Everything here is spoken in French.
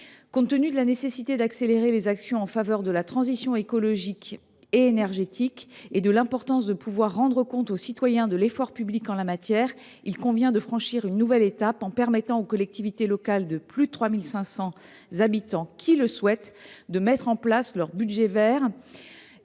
Compte tenu de la nécessité d’accélérer les actions en faveur de la transition écologique et énergétique comme de rendre compte aux citoyens de l’effort public déployé en la matière, il convient de franchir une nouvelle étape, en permettant aux collectivités locales de plus de 3 500 habitants qui le souhaitent de mettre en place leur budget vert.